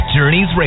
Journeys